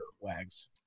Wags